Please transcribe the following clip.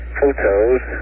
photos